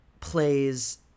plays